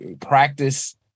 practice